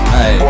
Hey